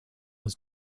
was